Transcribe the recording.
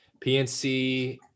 PNC